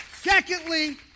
Secondly